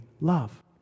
love